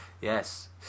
Yes